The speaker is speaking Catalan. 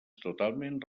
totalment